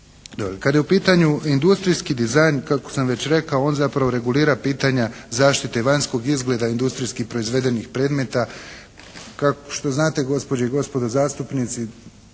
Kada je u pitanju industrijski dizajn kako sam već rekao on zapravo regulira pitanje zaštite vanjskog izgleda industrijskih proizvedenih predmeta što znate gospođe i gospodo zastupnici